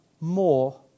more